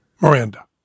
Miranda